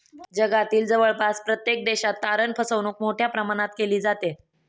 जगातील जवळपास प्रत्येक देशात तारण फसवणूक मोठ्या प्रमाणात केली जाते